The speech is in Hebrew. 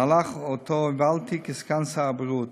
מהלך שהובלתי כסגן שר הבריאות,